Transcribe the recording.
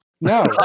No